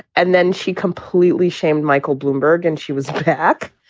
and then she completely shamed michael bloomberg and she was back.